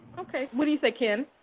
okay. what do you say, ken?